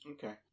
Okay